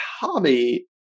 hobby